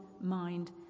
mind